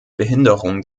behinderung